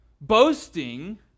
boasting